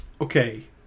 Okay